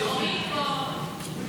אורית פה.